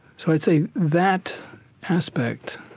so i'd say that aspect,